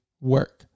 work